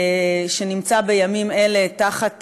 שנמצא בימים אלה תחת